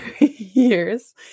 years